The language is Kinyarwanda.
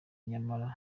nyamara